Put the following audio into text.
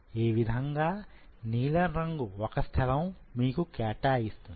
ఈ విధంగా గా నీలం రంగు ఒక స్థలం మీకు కేటాయిస్తుంది